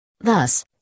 Thus